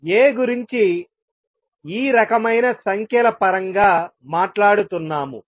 A గురించి ఈ రకమైన సంఖ్యల పరంగా మాట్లాడుతున్నాము